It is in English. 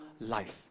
life